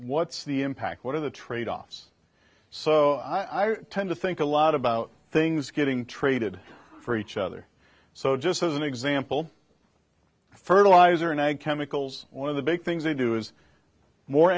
what's the impact what are the tradeoffs so i tend to think a lot about things getting traded for each other so just as an example fertilizer and egg chemicals one of the big things they do is more